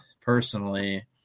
personally